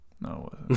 No